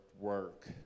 work